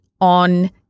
on